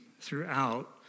throughout